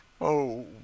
Oh